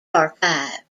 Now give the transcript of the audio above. archive